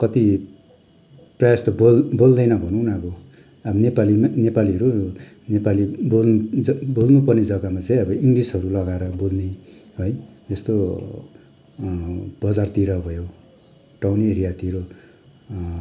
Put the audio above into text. कति प्रायः जस्तो बोल् बोल्दैन भनौँ न अब नेपालीमा नेपालीहरू नेपाली बोल् जग् बोल्नु पर्ने जगामा चाहिँ अब इङ्लिसहरू लगाएर बोल्ने है यस्तो बजारतिर भयो टाउन एरियातिर